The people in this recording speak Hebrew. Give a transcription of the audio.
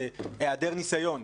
הוא היעדר ניסיון.